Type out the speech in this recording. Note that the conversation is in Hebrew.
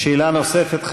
שאלה נוספת,